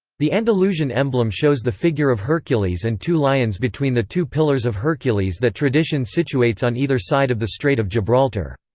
the andalusian emblem shows the figure of hercules and two lions between the two pillars of hercules that tradition situates on either side of the strait of gibraltar.